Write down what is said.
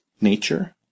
Nature